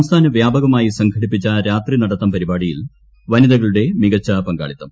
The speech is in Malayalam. സംസ്ഥാന വ്യാപകമായി സംഘടിപ്പിച്ച രാത്രി നടത്തം പരിപാടിയിൽ വനിതകളുടെ മികച്ച പങ്കാളിത്തം